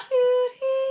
Beauty